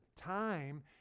time